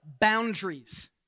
boundaries